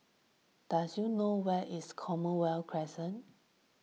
does you know where is Commonwealth Crescent